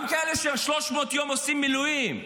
גם כאלה ש-300 יום עושים מילואים.